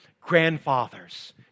grandfathers